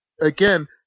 again